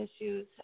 issues